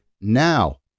now